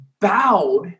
bowed